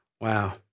Wow